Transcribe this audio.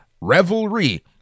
revelry